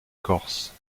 corse